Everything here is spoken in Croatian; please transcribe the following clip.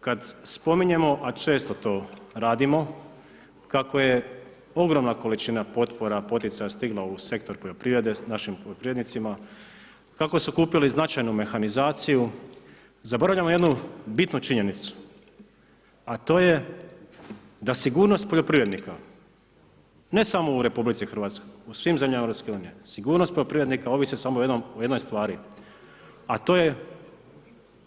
Kada spominjemo, a često to radimo, kako je ogromna količina potpora, poticaja, stigla u sektor poljoprivrede s našim poljoprivrednicima, kako su kupili značajnu mehanizaciju, zaboravljamo jednu bitnu činjenicu, a to je da sigurnost poljoprivrednika, ne samo u RH, u svim zemljama EU, sigurnost poljoprivrednika, ovisi samo o jednoj stvari, a to je